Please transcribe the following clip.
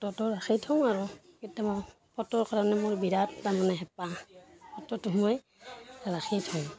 ফটোটো ৰাখি থওঁ আৰু কেতিয়াবা ফটোৰ কাৰণে মোৰ বিৰাট তাৰমানে হেঁপাহ ফটোটো মই ৰাখি থওঁ